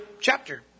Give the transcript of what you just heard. chapter